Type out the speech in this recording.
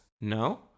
No